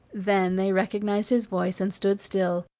then they recognized his voice and stood still,